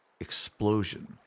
explosion